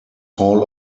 hall